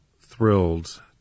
thrilled